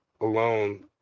alone